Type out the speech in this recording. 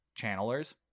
channelers